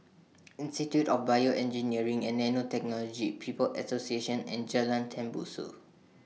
Institute of Bioengineering and Nanotechnology People's Association and Jalan Tembusu